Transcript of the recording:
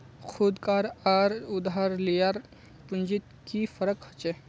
खुद कार आर उधार लियार पुंजित की फरक होचे?